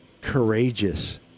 courageous